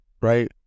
Right